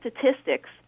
statistics